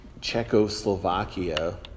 Czechoslovakia